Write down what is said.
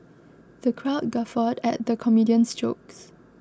the crowd guffawed at the comedian's jokes